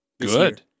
Good